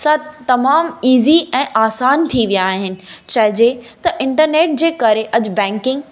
सा तमामु ईज़ी ऐं आसान थी विया आहिनि चइजे त इंटरनेट जे करे अॼु बैंकिंग